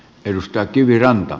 arvoisa puhemies